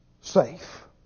safe